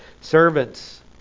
Servants